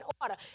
order